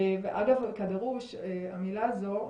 אגב כדרוש, המילה הזו.